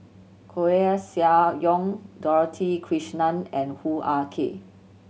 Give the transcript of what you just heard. Koeh Sia Yong Dorothy Krishnan and Hoo Ah Kay